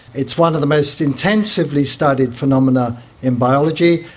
it's one of the most intensively studied phenomena in biology,